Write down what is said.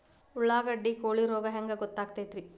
ಉಳ್ಳಾಗಡ್ಡಿ ಕೋಳಿ ರೋಗ ಹ್ಯಾಂಗ್ ಗೊತ್ತಕ್ಕೆತ್ರೇ?